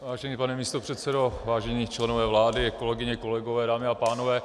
Vážený pane místopředsedo, vážení členové vlády, kolegyně, kolegové, dámy a pánové.